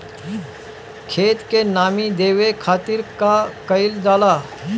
खेत के नामी देवे खातिर का कइल जाला?